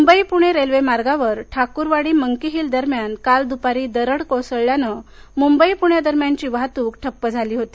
मुंबई पूणे रेल्वेमार्गावर ठाकूरवाडी मंकीहिलदरम्यान काल दुपारी दरड कोसळल्याने मुंबई पुण्यादरम्यानची वाहतूक ठप्प झाली होती